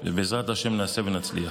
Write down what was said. בעזרת השם נעשה ונצליח.